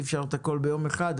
אי אפשר הכול ביום אחד,